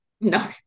no